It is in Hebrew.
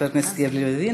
לקריאה שנייה ולקריאה שלישית,